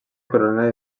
coronària